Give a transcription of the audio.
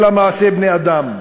אלא מעשה בני-אדם,